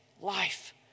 life